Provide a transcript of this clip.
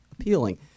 appealing